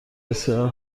بسیار